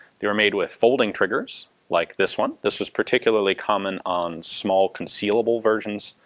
they were made with folding triggers like this one. this was particularly common on small concealable versions,